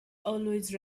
always